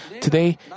Today